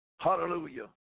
Hallelujah